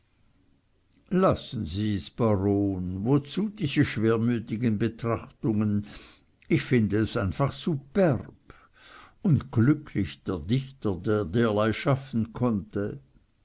lassen sie's baron wozu diese schwermütigen betrachtungen ich find es einfach superb und glücklich der dichter der derlei schaffen konnte